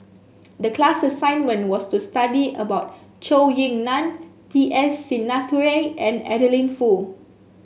the class assignment was to study about Zhou Ying Nan T S Sinnathuray and Adeline Foo